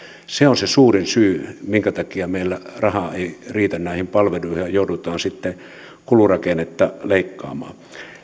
se on se suurin syy minkä takia meillä raha ei riitä näihin palveluihin ja joudutaan sitten kulurakennetta leikkaamaan